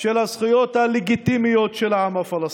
של הזכויות הלגיטימיות של העם הפלסטיני.